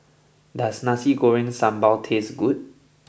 does Nasi Goreng Sambal taste good